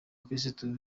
bakirisitu